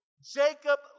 Jacob